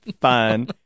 fun